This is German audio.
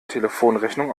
telefonrechnung